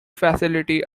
facility